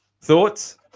Thoughts